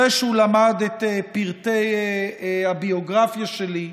אחרי שהוא למד את פרטי הביוגרפיה שלי,